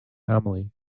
family